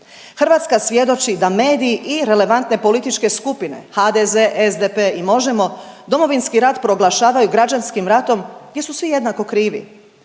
Hrvatska svjedoči da mediji i relevantne politička skupine HDZ, SDP i Možemo!, Domovinski rat proglašavaju građanskim ratom gdje su svi jednako krivi.